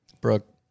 Brooke